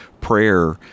prayer